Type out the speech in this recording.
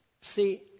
See